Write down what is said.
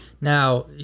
Now